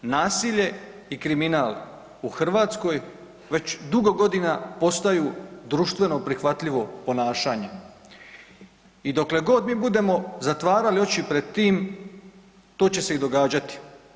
Nasilje i kriminal u Hrvatskoj već dugo godina postaju društveno prihvatljivo ponašanje i dokle god mi budemo zatvarali oči pred tim to će se i događati.